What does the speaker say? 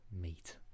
Meat